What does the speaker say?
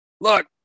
look